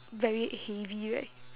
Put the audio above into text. very heavy right